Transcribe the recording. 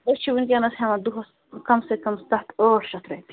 أسۍ چھِ ونکیٚنَس ہیٚوان دۄہَس کم سے کم ستھ ٲٹھ شیٚتھ رۄپیہ